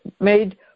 made